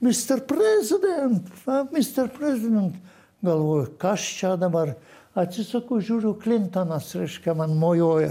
mister president mister president galvoju kas čia dabar atsisuku žiūriu klintonas reiškia man mojuoja